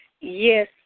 Yes